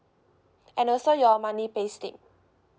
and also your monthly payslip